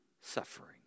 suffering